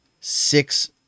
six